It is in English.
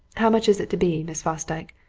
how much is it to be, miss fosdyke?